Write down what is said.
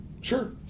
sure